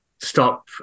stop